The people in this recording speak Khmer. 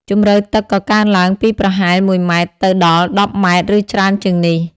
ជម្រៅទឹកក៏កើនឡើងពីប្រហែល ១ ម៉ែត្រ ទៅដល់ ១០ ម៉ែត្រ ឬច្រើនជាងនេះ។